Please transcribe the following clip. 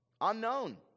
Unknown